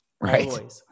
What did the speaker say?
Right